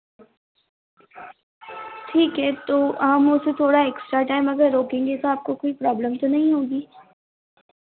ठीक है तो हम उसे थोड़ा एक्स्ट्रा टाइम अगर रोकेंगे तो आपको कोई प्रॉब्लम तो नहीं होगी